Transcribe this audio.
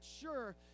sure